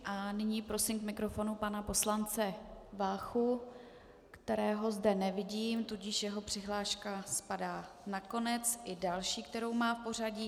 A nyní prosím k mikrofonu pana poslance Váchu, kterého zde nevidím, tudíž jeho přihláška spadá na konec, i další, kterou má v pořadí.